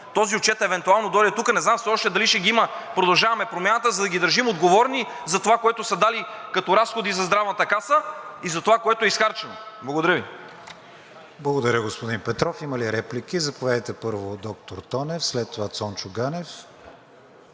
този отчет евентуално дойде тук, не знам все още дали ще ги има „Продължаваме Промяната“, за да ги държим отговорни за това, което са дали като разходи за Здравната каса, и за това, което е изхарчено. Благодаря Ви. ПРЕДСЕДАТЕЛ КРИСТИАН ВИГЕНИН: Благодаря, господин Петров. Има ли реплики? Заповядайте първо, доктор Тонев. След това – Цончо Ганев